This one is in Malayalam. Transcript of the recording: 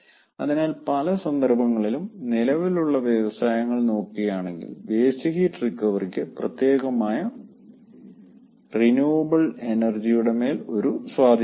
അതിനാൽ പല സന്ദർഭങ്ങളിലും നിലവിലുള്ള വ്യവസായങ്ങൾ നോക്കുകയാണെങ്കിൽ വേസ്റ്റ് ഹീറ്റ് റിക്കവറിക്ക് പ്രത്യേകമായി റിന്യുവബിൾ എനർജി യുടെമേൽ ഒരു സ്വാധീനം ഉണ്ട്